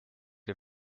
les